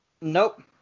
Nope